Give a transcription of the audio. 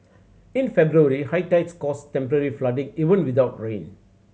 in February high tides caused temporary flooding even without rain